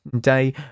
day